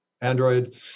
android